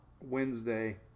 Wednesday